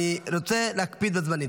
אני רוצה להקפיד על הזמנים.